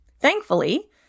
Thankfully